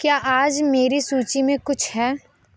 क्या आज मेरी सूची में कुछ है